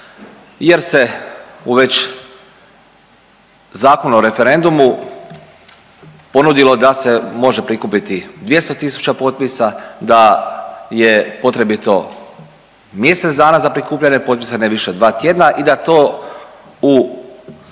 jer se u već Zakon o referendumu ponudilo da se može prikupiti 200.000 potpisa da je potrebito mjesec dana prikupljanje potpisa ne više dva tjedna i da to u